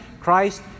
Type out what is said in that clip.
Christ